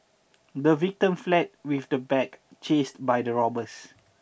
the victim fled with the bag chased by the robbers